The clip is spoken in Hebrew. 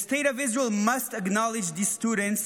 The state of Israel must acknowledge these students,